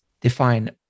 define